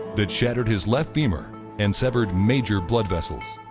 that shattered his left femur and severed major blood vessels,